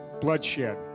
bloodshed